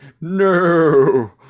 no